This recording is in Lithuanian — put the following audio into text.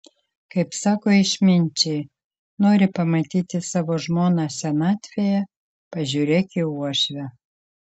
kaip sako išminčiai nori pamatyti savo žmoną senatvėje pažiūrėk į uošvę